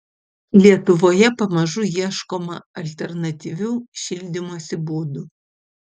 lietuvoje pamažu ieškoma alternatyvių šildymosi būdų